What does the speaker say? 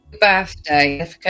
birthday